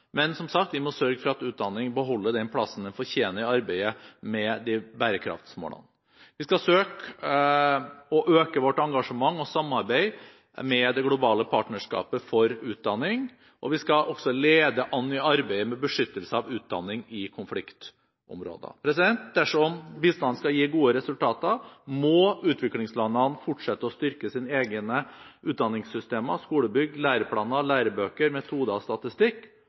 men, som sagt, vi må sørge for at utdanning beholder den plassen den fortjener i arbeidet med bærekraftig utvikling. Vi skal øke vårt engasjement og samarbeid med Det globale partnerskapet for utdanning. Vi skal også lede an i arbeidet med beskyttelse av utdanning i konfliktområder. Dersom bistanden skal gi gode resultater, må utviklingslandene fortsette å styrke sine egne utdanningssystemer – skolebygg, læreplaner, lærebøker, metoder og statistikk.